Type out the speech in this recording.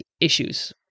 issues